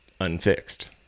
unfixed